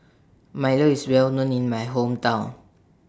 Milo IS Well known in My Hometown